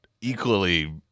equally